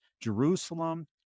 Jerusalem